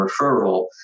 referral